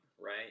right